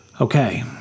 Okay